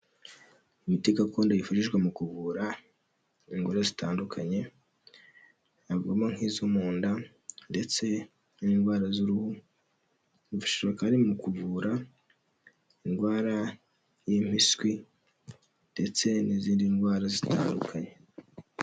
Imiti gakondo yifashishwa mu kuvura indwara zitandukanye, navugamo nk'izo mu nda ndetse n'indwara z'uruhu bishoboka ko ari ukuvura indwara y'impiswi ndetse n'izindi ndwara zitandukanye.